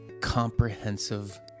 comprehensive